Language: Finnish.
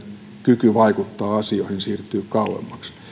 kyky vaikuttaa asioihin siirtyy kauemmaksi